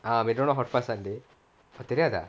err McDonald's hot fudge sundae தெரியாதா:theriyaathaa